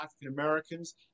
African-Americans